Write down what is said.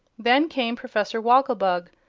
then came professor woggle-bug,